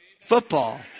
football